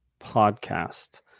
podcast